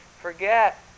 forget